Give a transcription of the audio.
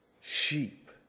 sheep